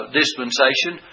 dispensation